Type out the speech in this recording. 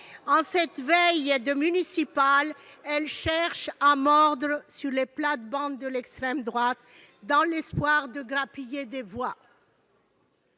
En cette veille de municipales, elle cherche à mordre sur les plates-bandes de l'extrême droite, dans l'espoir de grappiller des voix.